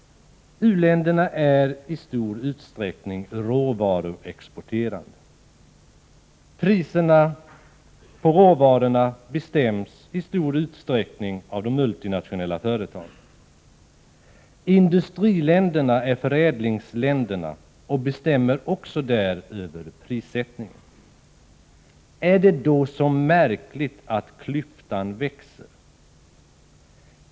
U-länderna är i stor utsträckning råvaruexporterande. Priserna på råvarorna bestäms i mycket av de multinationella företagen. Industriländerna är förädlingsländerna och bestämmer också över prissättningen. Är det då så märkvärdigt att klyftan växer?